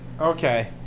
Okay